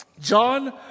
John